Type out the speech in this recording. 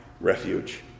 refuge